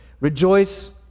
Rejoice